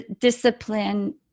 discipline